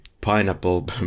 pineapple